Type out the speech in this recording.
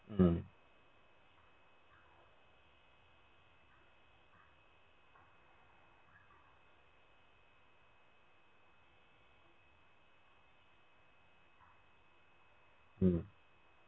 mm mm